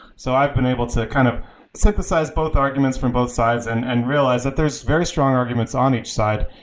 so i've been able to kind of synthesize both arguments from both sides and and realize that there's very strong arguments on each side,